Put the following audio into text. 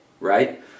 right